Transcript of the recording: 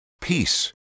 peace